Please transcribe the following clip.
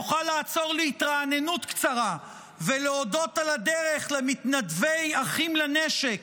תוכל לעצור להתרעננות קצרה ולהודות על הדרך למתנדבי "אחים לנשק",